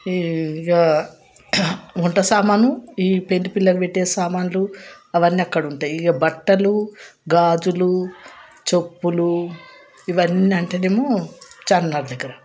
వంట సామాను ఈ పెళ్ళి పిల్లకు పెట్టే సామాన్లు అవన్నీ అక్కడ ఉంటాయి ఇంకా బట్టలు గాజులు చెప్పులు ఇవన్నీఅంటేనేమో చార్మినార్ దగ్గర